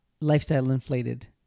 lifestyle-inflated